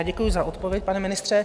Děkuju za odpověď, pane ministře.